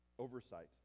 Oversight